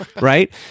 Right